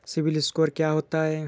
CIBIL score क्या होता है?